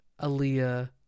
Aaliyah